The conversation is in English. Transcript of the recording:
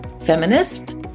feminist